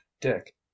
dick